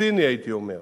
הציני הייתי אומר,